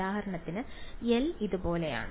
ഉദാഹരണത്തിന് എൽ ഇതുപോലെയാണ്